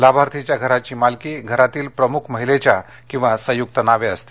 लाभार्थीच्या घराची मालकी घरातील प्रमुख महिलेच्या किवा संयुक्त नावे असते